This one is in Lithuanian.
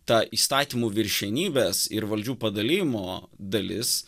ta įstatymų viršenybės ir valdžių padalijimo dalis